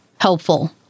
helpful